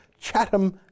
Chatham